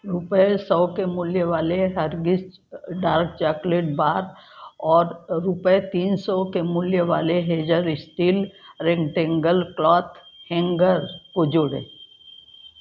रुपये सौ के मूल्य वाले हर्शीज़ डार्क चॉकलेट बार और रूपये तीन सौ के मूल्य वाले Hazel steel rectangle cloth hanger को जोड़ें